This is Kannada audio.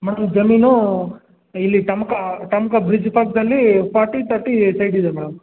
ಮೇಡಮ್ ಜಮೀನು ಇಲ್ಲಿ ಟಮಕ ಟಮಕ ಬ್ರಿಡ್ಜ್ ಪಕ್ಕದಲ್ಲಿ ಫಾರ್ಟಿ ಥರ್ಟಿ ಸೈಟ್ ಇದೆ ಮೇಡಮ್